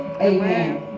Amen